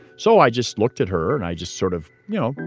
so, i just looked at her and i just sort of, you know,